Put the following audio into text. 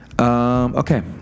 Okay